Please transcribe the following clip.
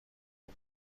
حین